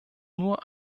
nur